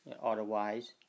Otherwise